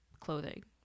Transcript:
clothing